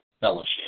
fellowship